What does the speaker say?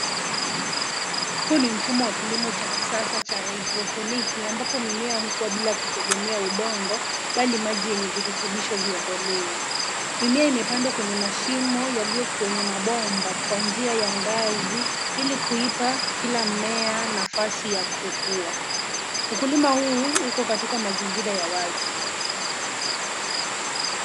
Huu ni mfumo wa kilimo cha kisasa cha haidroponiki ambapo mimea hukua bila kutegemea udongo, bali maji yenye virutubishho vya mbolea. Mimea imepandwa kwenye mashimo yaliyo kwenye mabomba kwa njia ya ngazi ili kuipa kila mmea nafasi ya kukua. Ukulima huu uko katika mazingira ya wazi.